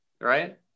right